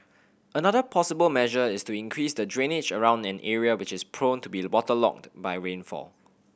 another possible measure is to increase the drainage around an area which is prone to be waterlogged by rainfall